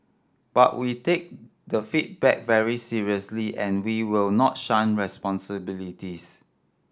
but we take the feedback very seriously and we will not shun responsibilities